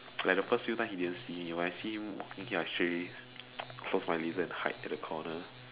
like the first few times he didn't see me when I see him walking here I straight away close my laser and hide at the corner